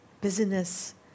Business